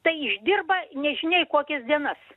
tai išdirba nežinia į kokias dienas